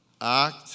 act